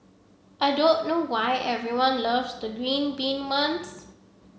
I don't know why everyone loves the green bean month